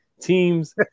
teams